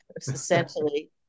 essentially